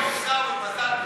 ברכות, ברכות.